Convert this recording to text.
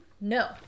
No